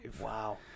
wow